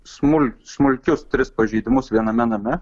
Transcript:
smul smulkius tris pažeidimus viename name